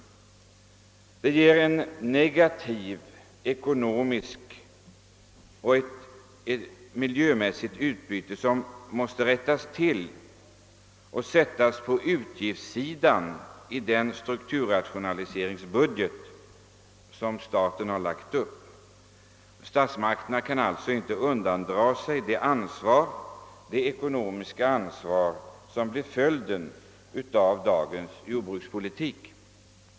Den ger ett negativt ekonomiskt och miljömässigt utbyte som måste sättas på utgiftssidan i den strukturrationaliseringsbudget som = staten har lagt upp. Statsmakterna kan inte undandra sig det ekonomiska ansvar som härvidlag blir följden av dagens jordbrukspolitik.